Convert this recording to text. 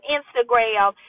Instagram